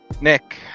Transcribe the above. Nick